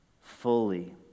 fully